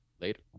Later